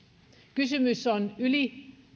kysymyksessä on yli